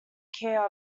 care